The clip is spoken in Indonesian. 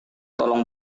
tolong